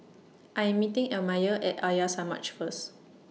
I Am meeting Elmire At Arya Samaj First